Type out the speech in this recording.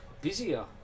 busier